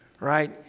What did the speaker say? right